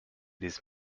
this